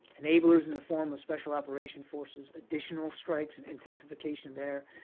enablers in the form of special operation forces, additional strikes and intensification there.